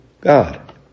God